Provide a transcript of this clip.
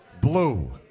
Blue